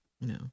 No